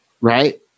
Right